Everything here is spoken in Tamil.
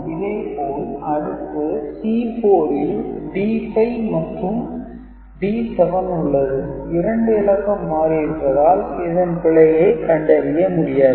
இதேபோல் அடுத்து C4 ல் D5 மற்றும் D7 உள்ளது இரண்டு இலக்கம் மாறியிருப்பதால் இதில் பிழையை கண்டறிய முடியாது